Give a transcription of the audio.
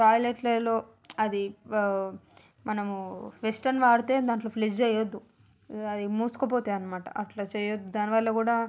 టాయిలెట్లలో అది వా మనము వెస్టర్న్ వాడితే దాంట్లో ఫ్లిజ్ చేయవద్దు అవి మూసుకుపోతాయి అనమాట అలా చేయవద్దు దానివల్ల కూడా